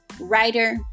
writer